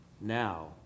now